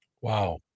Wow